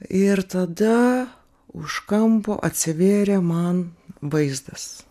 ir tada už kampo atsivėrė man vaizdas